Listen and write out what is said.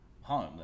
home